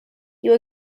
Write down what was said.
you